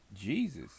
Jesus